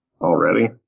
Already